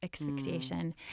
asphyxiation